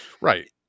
right